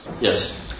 Yes